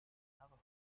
navajo